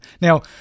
now